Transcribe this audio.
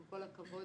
עם כל הכבוד,